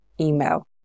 email